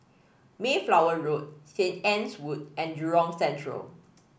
Mayflower Road Saint Anne's Wood and Jurong Central